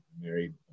Married